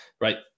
Right